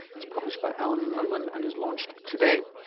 it's published by allen and unwin and is launched today.